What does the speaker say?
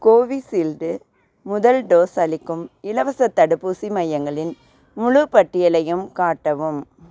கோவிசீல்டு முதல் டோஸ் அளிக்கும் இலவசத் தடுப்பூசி மையங்களின் முழுப் பட்டியலையும் காட்டவும்